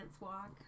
walk